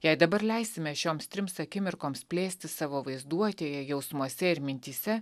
jei dabar leisime šioms trims akimirkoms plėstis savo vaizduotėje jausmuose ir mintyse